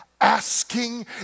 asking